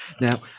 Now